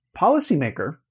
policymaker